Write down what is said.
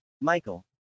Michael